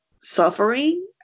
suffering